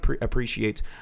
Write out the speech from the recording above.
appreciates